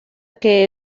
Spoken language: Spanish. que